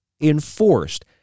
enforced